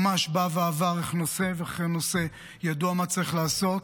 ממש בא ועבר איך נושא אחרי נושא ידוע מה צריך לעשות,